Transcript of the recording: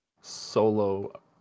solo